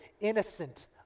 innocent